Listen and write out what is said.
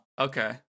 Okay